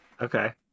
Okay